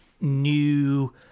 New